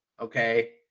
okay